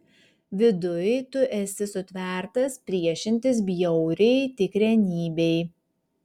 viduj tu esi sutvertas priešintis bjauriai tikrenybei